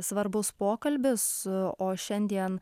svarbus pokalbis o šiandien